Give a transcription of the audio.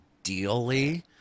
ideally